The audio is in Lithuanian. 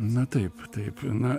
na taip taip na